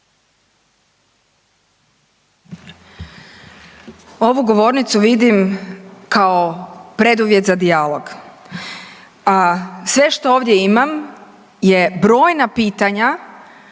Ovu govornicu vidim kao preduvjet za dijalog a sve što ovdje imam je brojna pitanja